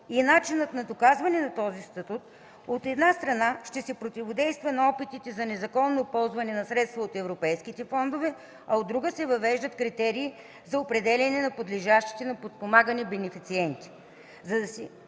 и начинът на доказване на този статут, от една страна ще се противодейства на опитите за незаконно ползване на средства от европейските фондове, а от друга се въвеждат критерии за определяне на подлежащите на подпомагане бенефициенти.